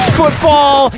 football